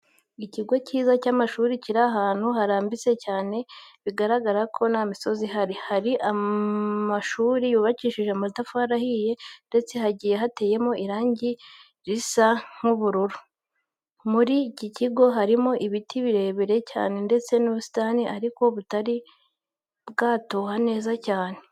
Ikigo cyiza cy'amashuri kiri ahantu harambitse cyane bigaragara ko nta misozi ihaba, harimo amashuri yubakishije amatafari ya burokesima ndetse hagiye hateyemo irangi risa nk'ubururu. Muri iki kigo harimo ibiti birebire cyane ndetse n'ubusitani ariko butari bwatoha neza cyane.